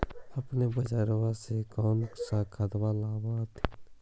अपने बजरबा से कौन सा खदबा लाब होत्थिन?